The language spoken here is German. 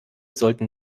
sollten